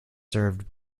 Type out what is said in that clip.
served